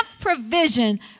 provision